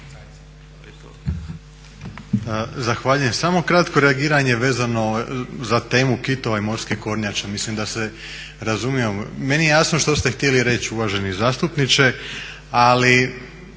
Zahvaljujem. Samo kratko reagiranje vezano za temu kitova i morskih kornjača, mislim da se razumijemo. Meni je jasno što ste htjeli reći uvaženi zastupniče, ali